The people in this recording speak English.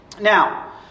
Now